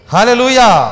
Hallelujah